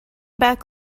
back